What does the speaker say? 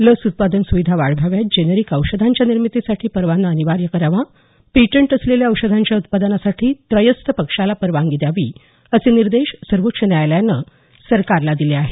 लस उत्पादन सुविधा वाढवाव्यात जेनेरिक औषधांच्या निर्मितीसाठी परवाना अनिवार्य करावा पेटंट असलेल्या औषधांच्या उत्पादनासाठी त्र्यस्थ पक्षाला परवानगी द्यावी असे निर्देश सर्वोच्च न्यायालयानं सरकारला दिले आहेत